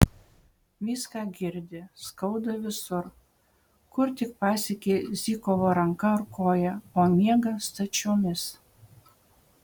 viską girdi skauda visur kur tik pasiekė zykovo ranka ar koja o miega stačiomis